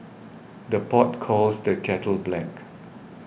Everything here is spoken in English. the pot calls the kettle black